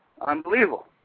Unbelievable